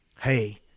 Hey